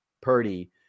Purdy